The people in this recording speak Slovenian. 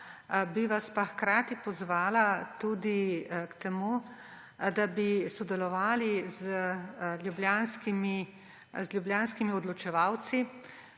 Bi vas pa hkrati pozvala tudi k temu, da bi sodelovali z ljubljanskimi odločevalci.